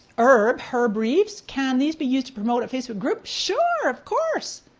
herb, herb reeves, can these be used to promote a facebook group? sure, of course,